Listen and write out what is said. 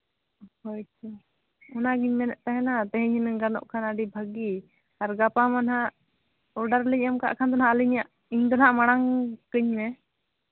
ᱦᱳᱭ ᱛᱚ ᱚᱱᱟᱜᱤᱧ ᱢᱮᱱᱮᱫ ᱛᱟᱦᱮᱱᱟ ᱛᱮᱦᱤᱧ ᱦᱩᱱᱟᱹᱝ ᱜᱟᱱᱚᱜ ᱠᱷᱟᱱ ᱟᱹᱰᱤ ᱵᱷᱟᱹᱜᱤ ᱟᱨ ᱜᱟᱯᱟ ᱢᱟ ᱱᱟᱦᱟᱸᱜ ᱚᱰᱟᱨ ᱞᱤᱧ ᱮᱢ ᱠᱟᱜ ᱫᱚ ᱦᱟᱸᱜ ᱟᱹᱞᱤᱧᱟᱜ ᱤᱧ ᱫᱚ ᱦᱟᱸᱜ ᱢᱟᱲᱟᱝ ᱠᱟᱹᱧ ᱢᱮ